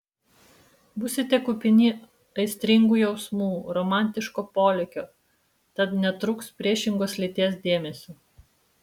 būsite kupini aistringų jausmų romantiško polėkio tad netrūks priešingos lyties dėmesio